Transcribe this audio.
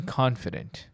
confident